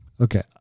Okay